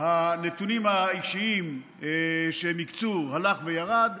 הנתונים האישיים שהקצו הלך וירד,